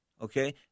Okay